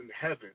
heaven